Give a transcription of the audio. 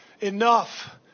Enough